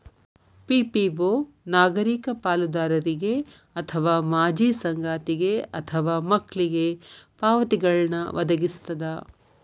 PPO ನಾಗರಿಕ ಪಾಲುದಾರರಿಗೆ ಅಥವಾ ಮಾಜಿ ಸಂಗಾತಿಗೆ ಅಥವಾ ಮಕ್ಳಿಗೆ ಪಾವತಿಗಳ್ನ್ ವದಗಿಸ್ತದ